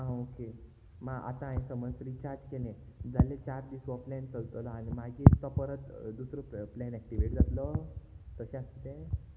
आं ओके आतां हांवें समज रिचार्ज केलें जाल्यार चार दीस हो प्लॅन चलतलो आनी मागीर तो परत दुसरो प्लॅन एक्टिवेट जातलो तशें आसता तें